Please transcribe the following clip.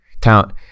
town